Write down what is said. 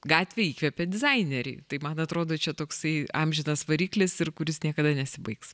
gatvė įkvepia dizainerį tai man atrodo čia toksai amžinas variklis ir kuris niekada nesibaigs